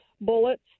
bullets